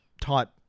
type